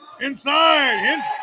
inside